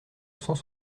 cent